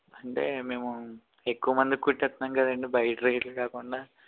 అంటే మేము ఎక్కుమందికి కుట్టిస్తున్నాం కదండీ బయట రేట్లు కాకుండా